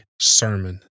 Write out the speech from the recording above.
sermon